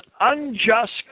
unjust